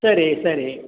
சரி சரி